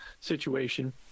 situation